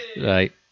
Right